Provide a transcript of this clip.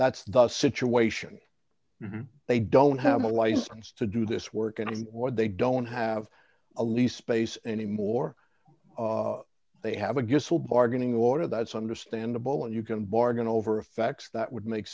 the situation they don't have a license to do this work and what they don't have a lease space anymore they have a guest will bargaining order that's understandable and you can bargain over effects that would make